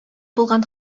булган